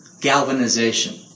galvanization